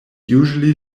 usually